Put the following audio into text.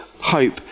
Hope